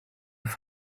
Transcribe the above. with